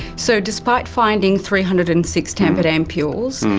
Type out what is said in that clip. so despite finding three hundred and six tampered ampules,